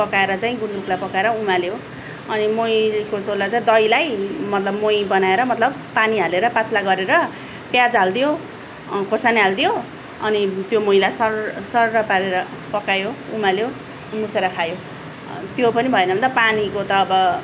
पकाएर चाहिँ गुन्द्रुकलाई पकाएर उमाल्यो अनि मोहीको सोलर चाहिँ दहीलाई मतलब मोही बनाएर मतलब पानी हालेर पात्ला गरेर प्याज हाल्दियो खोर्सानी हाल्दियो अनि त्यो मोहीलाई सर्र सर्र पारेर पकायो उमाल्यो मुसेर खायो त्यो पनि भएन भने त पानीको त अब